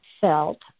felt